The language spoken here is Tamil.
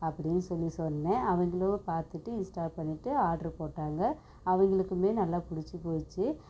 அப்டின்னு சொல்லி சொன்னேன் அவங்களும் பார்த்துட்டு இன்ஸ்டால் பண்ணிட்டு ஆர்டர் போட்டாங்க அவங்களுக்குமே நல்லா பிடிச்சி போச்சு